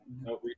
No